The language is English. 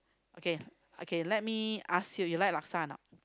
okay okay let me ask you you like laksa or not